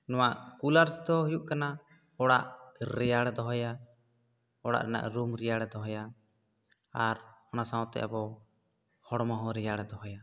ᱱᱚᱣᱟ ᱠᱩᱞᱟᱨᱥ ᱫᱚ ᱦᱩᱭᱩᱜ ᱠᱟᱱᱟ ᱚᱲᱟᱜ ᱨᱮᱭᱟᱲ ᱫᱚᱦᱚᱭᱟ ᱚᱲᱟᱜ ᱨᱮᱱᱟᱜ ᱨᱩᱢ ᱨᱮᱭᱟᱲ ᱫᱚᱦᱚᱭᱟ ᱟᱨ ᱚᱱᱟ ᱥᱟᱶᱛᱮ ᱟᱵᱚ ᱦᱚᱲᱢᱚ ᱦᱚᱸ ᱨᱮᱭᱟᱲ ᱫᱚᱦᱚᱭᱟ